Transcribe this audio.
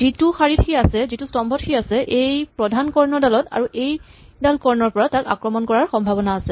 যিটো শাৰীত সি আছে যিটো স্তম্ভত সি আছে এই প্ৰধান কৰ্ণডালত পৰা আৰু এইডাল কৰ্ণৰ পৰা তাক আক্ৰমণ কৰাৰ সম্ভাৱনা আছে